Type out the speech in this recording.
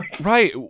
Right